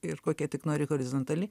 ir kokia tik nori horizontali